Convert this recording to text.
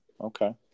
okay